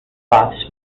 paths